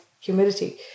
humidity